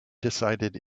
decided